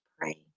pray